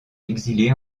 exilés